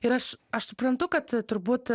ir aš aš suprantu kad turbūt